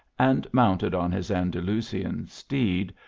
and mounted on his an dalusian steed,